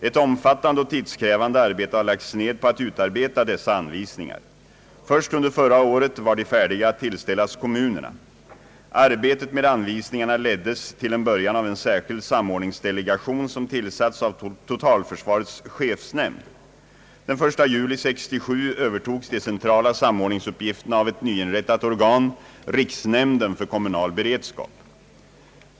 Ett omfattande och tidskrävande arbete har lagts ned på att utarbeta dessa anvisningar. Först under förra året var de färdiga att tillställas kommunerna. Arbetet med anvisningarna leddes till en början av en särskild samordningsdelegation som tillsattes av totalförsvarets chefsnämnd. Den 1 juli 1967 övertogs de centrala samordningsuppgifterna av ett nyinrättat organ, riksnämnden för kommunal beredskap.